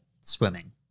swimming